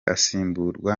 asimburwa